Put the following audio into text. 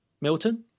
Milton